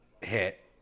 hit